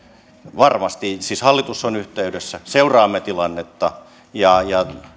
varmasti yhteydessä siis hallitus on seuraamme tilannetta ja ja